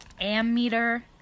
ammeter